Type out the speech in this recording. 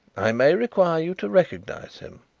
i may require you to recognize him.